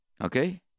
Okay